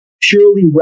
purely